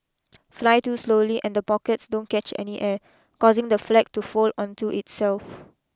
fly too slowly and the pockets don't catch any air causing the flag to fold onto itself